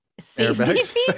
safety